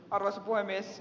arvoisa puhemies